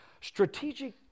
Strategic